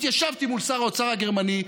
התיישבתי מול שר האוצר הגרמני,